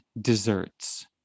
desserts